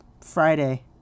Friday